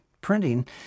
printing